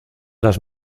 las